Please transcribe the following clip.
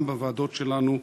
גם בוועדות שלנו,